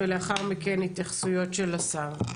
ולאחר מכן התייחסות של השר.